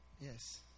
Yes